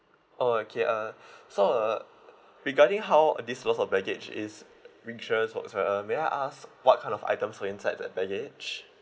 oh okay uh so uh regarding how uh this loss of baggage is insurance works uh may I ask what kind of items were inside the baggage